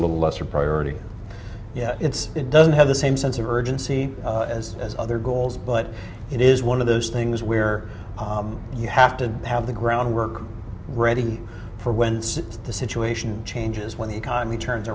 little lesser priority yet it's it doesn't have the same sense of urgency as as other goals but it is one of those things where you have to have the ground work ready for when the situation changes when the economy turns